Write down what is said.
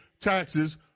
taxes